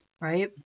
Right